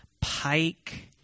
Pike